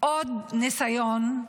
עוד ניסיון,